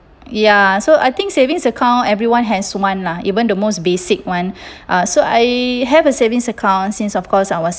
ya so I think savings account everyone has one lah even the most basic [one] uh so I have a savings account since of course I was